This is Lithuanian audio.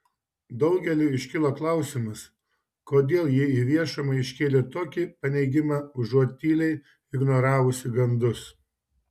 daugeliui iškilo klausimas kodėl ji į viešumą iškėlė tokį paneigimą užuot tyliai ignoravusi gandus